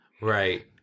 Right